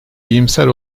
iyimser